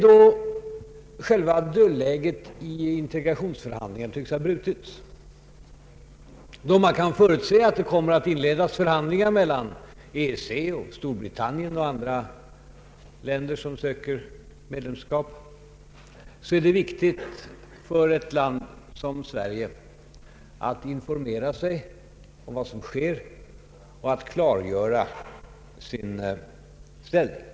Då nu dödläget i integationsförhandlingarna tycks ha brutits och då man kan förutse att förhandlingar kommer att inledas mellan EEC, Storbritannien och andra länder som söker medlemskap, är det viktigt för ett land som Sverige att informera sig om vad som sker och att klargöra sin ställning.